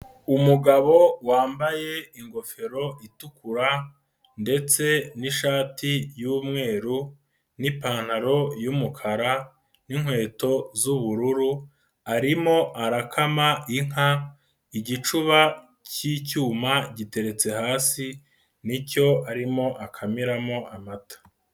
Umugabo wambaye ingofero itukura ,ndetse n'ishati y'umweru, nipantaro y'umukara, n'inkweto z'ubururu, arimo arakama inka, igicuba cy'icyuma giteretse hasi, nicyo arimo akamiramo amata.